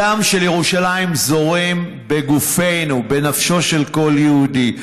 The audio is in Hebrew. הדם של ירושלים זורם בגופנו, בנפשו של כל יהודי.